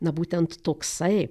na būtent toksai